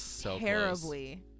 terribly